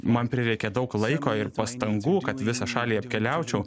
man prireikė daug laiko ir pastangų kad visą šalį apkeliaučiau